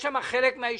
חלק מהיישובים,